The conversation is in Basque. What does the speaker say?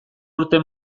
urte